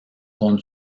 con